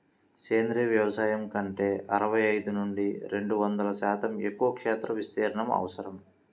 సేంద్రీయ వ్యవసాయం కంటే అరవై ఐదు నుండి రెండు వందల శాతం ఎక్కువ క్షేత్ర విస్తీర్ణం అవసరం